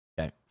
Okay